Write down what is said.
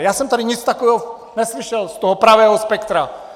Já jsem tady nic takového neslyšel z toho pravého spektra.